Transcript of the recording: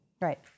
Right